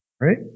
right